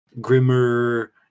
grimmer